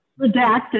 Redacted